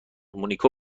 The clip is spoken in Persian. مونیکا